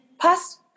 pass